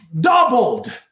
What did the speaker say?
Doubled